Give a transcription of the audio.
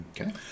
Okay